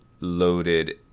loaded